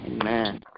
Amen